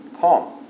calm